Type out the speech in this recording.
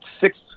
six